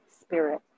spirit